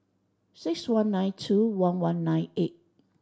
six one nine two one one nine eight